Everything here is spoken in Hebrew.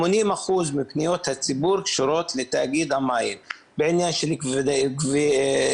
80% מפניות הציבור קשורות לתאגיד המים בעניין של גבייה,